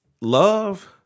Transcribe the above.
Love